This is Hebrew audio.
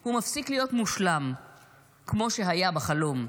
הוא מפסיק להיות מושלם כמו שהיה בחלום".